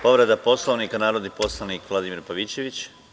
Povreda Poslovnika, narodni poslanik Vladimir Pavićević.